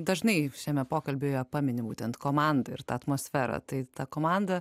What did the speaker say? dažnai šiame pokalbyje pamini būtent komandą ir tą atmosferą tai ta komanda